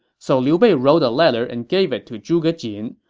so liu bei wrote a letter and gave it to zhuge jin,